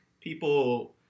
people